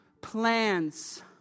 Plans